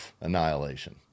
annihilation